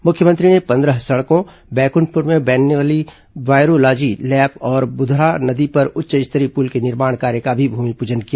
मुख्यमंत्री ने पंद्रह सड़कों बैकुंठपुर में बनने वाली वायरोलॉजी लैब और बुधरा नदी पर उच्च स्तरीय पुल के निर्माण कार्य का भी भूमिपूजन किया